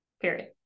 period